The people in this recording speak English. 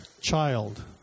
child